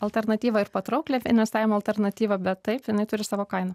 alternatyvą ir patrauklią investavimo alternatyvą bet taip jinai turi savo kainą